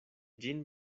ĝin